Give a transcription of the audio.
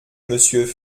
monsieur